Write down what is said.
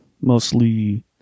Mostly